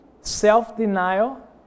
self-denial